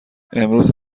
امروز